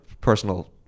personal